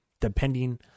depending